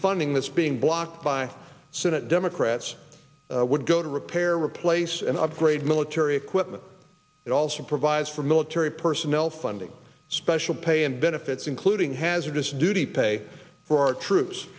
funding that's being blocked by senate democrats would go to repair replace and upgrade military equipment it also provides for military personnel funding special pay and benefits including hazardous duty pay for our troops